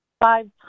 Five